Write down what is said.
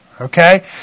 Okay